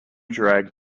drag